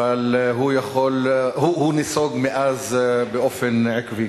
אבל הוא נסוג מאז באופן עקבי.